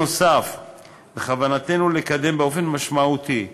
נוסף על כך, בכוונתנו לקדם באופן משמעותי,